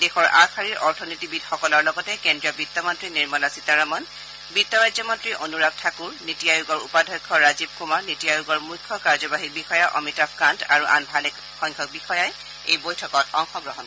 দেশৰ আগশাৰীৰ আৰ্থনীতিবিদ সকলৰ লগতে কেন্দ্ৰীয় বিত্তমন্ত্ৰী নিৰ্মলা সীতাৰমণ বিত্ত ৰাজ্যমন্ত্ৰী অনুৰাগ ঠাকুৰ নীতি আয়োগৰ উপাধ্যক্ষ ৰাজীৱ কুমাৰ নীতি আয়োগৰ মুখ্য কাৰ্যবাহী বিষয়া অমিতাভ কান্ত আৰু আন ভালেসংখ্যক বিষয়াই এই বৈঠকত ভাগ লয়